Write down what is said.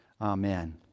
Amen